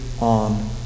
on